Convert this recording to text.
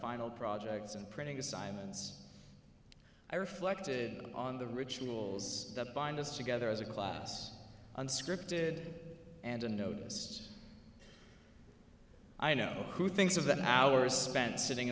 final projects and printing assignments i reflected on the rituals that bind us together as a class unscripted and unnoticed i know who thinks of the hours s